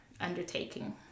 undertaking